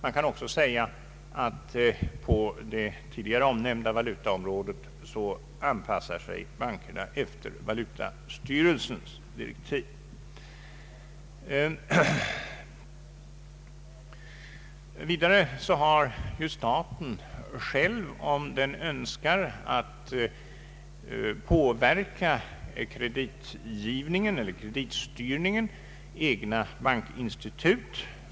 Man kan också säga att bankerna på det tidigare omnämnda valutaområdet anpassar sig efter valutastyrelsens direktiv. Vidare har staten själv, om den önskar påverka kreditgivningen eller kreditstyrningen, flera egna bankinstitut.